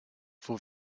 for